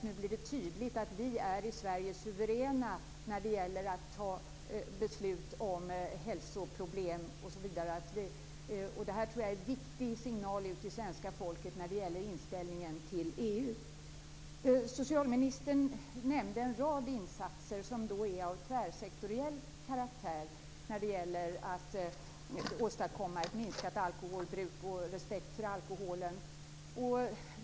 Nu blir det tydligt att vi i Sverige är suveräna när det gäller att fatta beslut om hälsoproblem och sådant. Det tror jag är en viktigt signal till svenska folket i fråga om inställningen till EU. Socialministern nämnde en rad insatser av tvärsektoriell karaktär när det gäller att åstadkomma ett minskat alkoholbruk och att visa respekt för alkoholen.